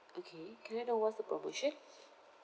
okay can I know what's the promotion